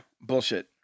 bullshit